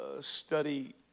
study